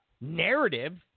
narrative